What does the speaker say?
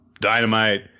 dynamite